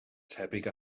tebyg